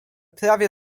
prawie